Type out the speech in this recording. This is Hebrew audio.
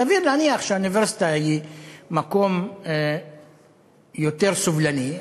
סביר להניח שהאוניברסיטה היא מקום יותר סובלני,